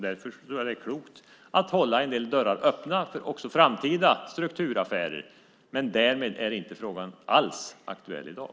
Därför tror jag att det är klokt att hålla en del dörrar öppna för framtida strukturaffärer. Men frågan är inte alls aktuell i dag.